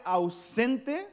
ausente